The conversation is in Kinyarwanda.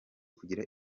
kugira